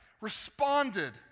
responded